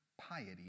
piety